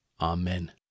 Amen